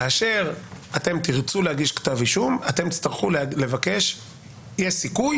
כאשר אתם תרצו להגיש כתב אישום יש סיכוי